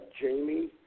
Jamie